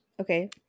Okay